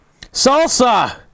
salsa